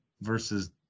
versus